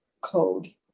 code